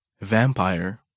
vampire